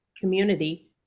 community